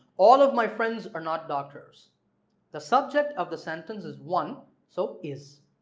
all of my friends are not doctors the subject of the sentence is one so is.